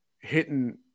hitting